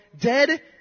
dead